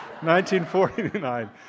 1949